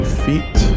feet